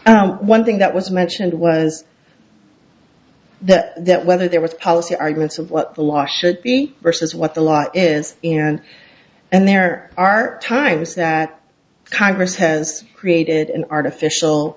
and one thing that was mentioned was that that whether there was policy arguments of what the law should be versus what the law is you know and and there are times that congress has created an artificial